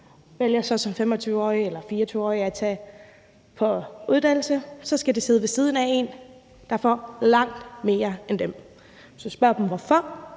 vælger de som måske 24- eller 25-årige at tage en uddannelse, og så skal de sidde ved siden af en, der får langt mere end dem. Hvis man spørger dem hvorfor,